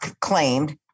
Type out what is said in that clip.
claimed